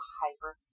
hyper